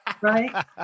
right